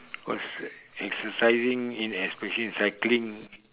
cause exercising especially in cycling